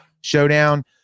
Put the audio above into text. Showdown